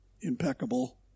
impeccable